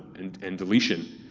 and and deletion.